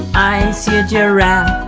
i and see a giraffe.